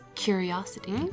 Curiosity